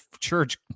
church